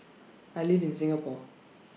I live in Singapore